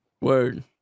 Word